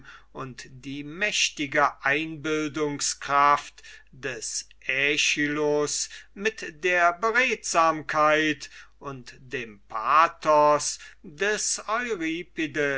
und die mächtige einbildungskraft des aeschylus mit der beredsamkeit und dem pathos des